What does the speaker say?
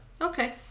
okay